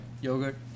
yogurt